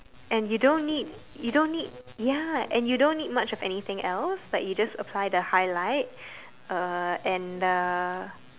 and you don't need you don't need ya and you don't need much of anything else like you just apply the highlight uh and the